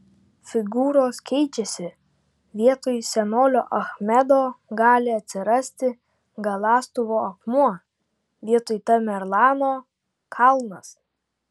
figūros keičiasi vietoj senolio achmedo gali atsirasti galąstuvo akmuo vietoj tamerlano kalnas